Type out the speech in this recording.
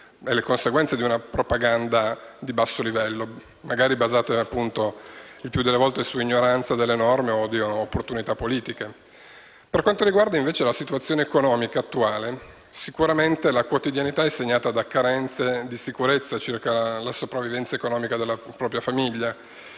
e sulle conseguenze di una propaganda di basso livello, magari basata il più delle volte sull'ignoranza delle norme o su opportunità politiche. Per quanto riguarda invece la situazione economica attuale, sicuramente la quotidianità è segnata da carenze di sicurezza circa la sopravvivenza economica della propria famiglia.